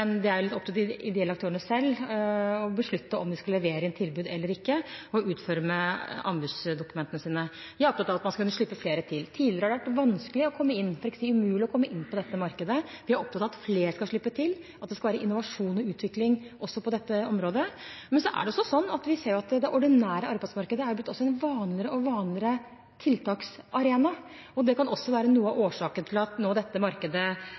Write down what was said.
det er litt opp til de ideelle aktørene selv å beslutte om de skal levere inn tilbud, og utforme anbudsdokumentene, eller ikke. Jeg er opptatt av at man skal slippe flere til. Tidligere har det vært vanskelig, for ikke å si umulig, å komme inn på dette markedet. Vi er opptatt av at flere skal slippe til, at det skal være innovasjon og utvikling også på dette området. Men vi ser at det ordinære arbeidsmarkedet også er blitt en vanligere og vanligere tiltaksarena. Det kan være noe av årsaken til at dette markedet